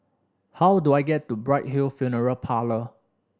how do I get to Bright Hill Funeral Parlour